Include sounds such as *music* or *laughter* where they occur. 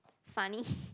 funny *laughs*